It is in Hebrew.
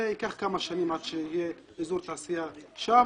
זה ייקח כמה שנים עד שיהיה אזור תעשייה שם.